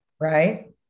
Right